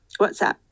WhatsApp